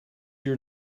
your